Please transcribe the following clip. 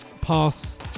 pass